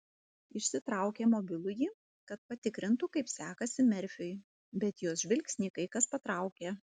išsitraukė mobilųjį kad patikrintų kaip sekasi merfiui bet jos žvilgsnį kai kas patraukė